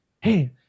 hey